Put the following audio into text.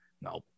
no